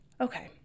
Okay